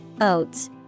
oats